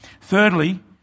Thirdly